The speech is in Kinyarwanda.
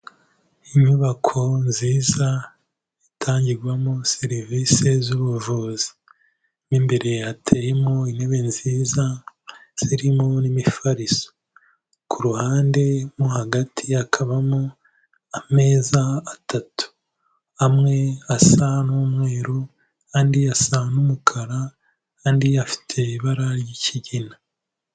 Inyubako nziza itangirwamo serivisi z'ubuvuzi mu imbere hateyemo intebe nziza zirimo n'imifariso, ku ruhande mo hagati hakabamo ameza atatu, amwe asa n'umweru andi asa n'umukara andi afite ibara ry'ikigina.